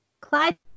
Clyde